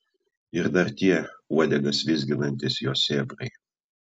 ir dar tie uodegas vizginantys jo sėbrai